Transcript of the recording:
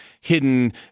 hidden